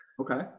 Okay